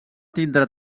tindre